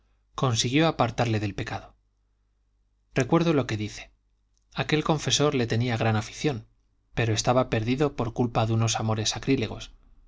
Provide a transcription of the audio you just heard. consiguió apartarle del pecado recuerdo lo que dice aquel confesor le tenía gran afición pero estaba perdido por culpa de unos amores sacrílegos